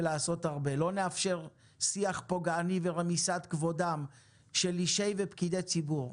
לא נאפשר שיח פוגעני ורמיסת כבודם של אישי ופקידי ציבור.